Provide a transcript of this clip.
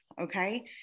okay